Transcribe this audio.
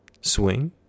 swing